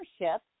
ownership